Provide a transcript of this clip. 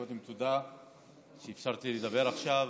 קודם כול תודה שאפשרת לי לדבר עכשיו.